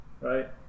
right